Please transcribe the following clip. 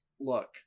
look